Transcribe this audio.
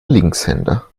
linkshänder